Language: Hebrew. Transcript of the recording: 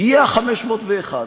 יהיה ה-501,